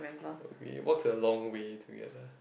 but we walked a long way together